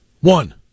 One